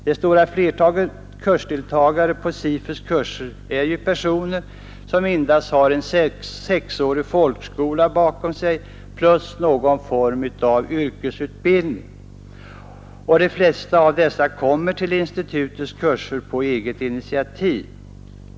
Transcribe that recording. Det stora flertalet kursdeltagare på SIFU:s kurser är personer som oftast har sexårig folkskola bakom sig plus någon form av yrkesutbildning, och de flesta av dessa kommer till institutets kurser på eget initiativ.